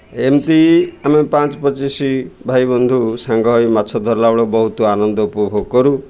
ଏମିତି ଆମେ ପାଞ୍ଚ ପଚିଶ ଭାଇ ବନ୍ଧୁ ସାଙ୍ଗ ହୋଇ ମାଛ ଧରିଲା ବେଳକୁ ବହୁତ ଆନନ୍ଦ ଉପଭୋଗ କରୁ